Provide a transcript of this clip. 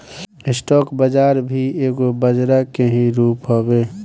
stock बाजार भी एगो बजरा के ही रूप हवे